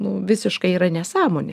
nu visiškai yra nesąmonė